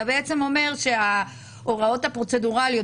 אתה בעצם אומר שההוראות הפרוצדורליות